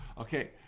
Okay